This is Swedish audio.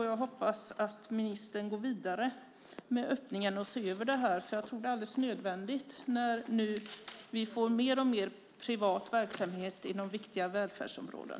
Jag hoppas att ministern går vidare och ser över öppenheten. Jag tror att det är alldeles nödvändigt när vi nu får mer och mer privat verksamhet inom viktiga välfärdsområden.